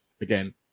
again